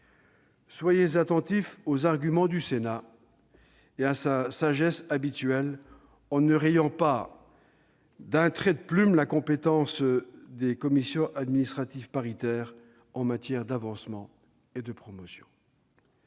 Soyez attentif aux arguments du Sénat et à sa sagesse habituelle en ne rayant pas d'un trait de plume la compétence des CAP en matière d'avancement et de promotion.